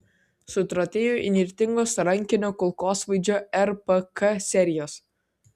sutratėjo įnirtingos rankinio kulkosvaidžio rpk serijos